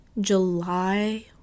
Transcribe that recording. July